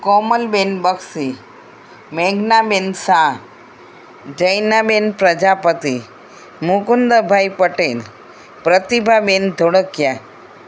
Komalben Bakshi Meghnaben Shah Jainaben Prajapati Mukundbhai Patel Pratibhaben Dholakia